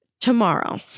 Tomorrow